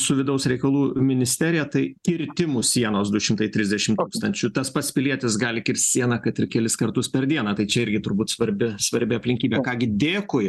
su vidaus reikalų ministerija tai kirtimų sienos du šimtai trisdešimt tūkstančių tas pats pilietis gali kirsti sieną kad ir kelis kartus per dieną tai čia irgi turbūt svarbi svarbi aplinkybė ką gi dėkui